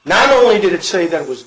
not only did it say that it was